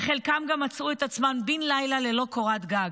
וחלקם גם מצאו את עצמם בן לילה ללא קורת גג.